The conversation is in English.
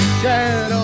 shadow